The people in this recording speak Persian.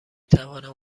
توانم